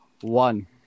one